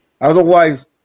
otherwise